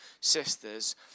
sisters